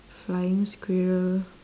flying squirrel